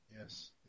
yes